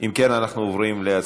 אם כן, אנחנו עוברים להצבעה.